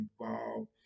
involved